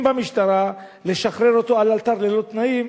במשטרה ואומרים לה לשחרר אותו לאלתר וללא תנאים,